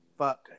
fuck